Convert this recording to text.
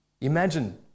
Imagine